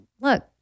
look